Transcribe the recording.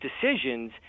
decisions